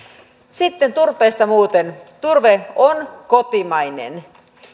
sitten turpeesta muuten turve on kotimainen